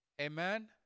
Amen